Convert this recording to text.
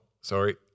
sorry